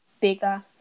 bigger